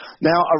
Now